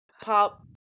pop